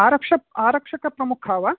आरक्षक् आरक्षकप्रमुखः वा